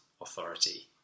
authority